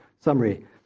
summary